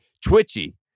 twitchy